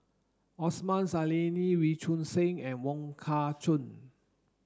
Osman Zailani Wee Choon Seng and Wong Kah Chun